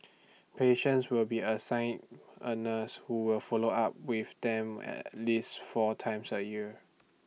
patients will be assigned A nurse who will follow up with them at least four times A year